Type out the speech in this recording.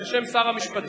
בשם שר המשפטים.